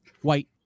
White